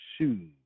shoes